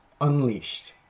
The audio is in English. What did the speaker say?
unleashed